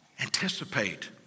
Anticipate